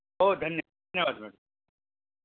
हो धन्य धन्यवाद मॅडम